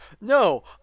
No